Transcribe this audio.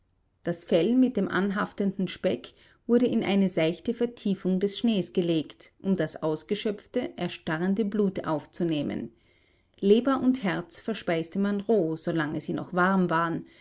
das fell mit dem anhaftenden speck wurde in eine seichte vertiefung des schnees gelegt um das ausgeschöpfte erstarrende blut aufzunehmen leber und herz verspeiste man roh solange sie noch warm waren